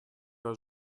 pas